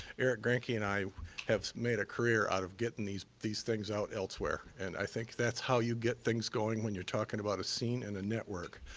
eric greinke and i have made a career out of getting these these things out elsewhere, and i think that's how you get things going when you're talking about a scene and a network.